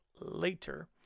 later